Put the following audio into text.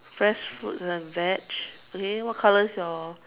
fresh fruit and veg okay what colour is your